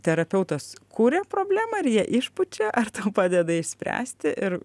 terapeutas kuria problemą ar ją išpučia ar tau padeda išspręsti ir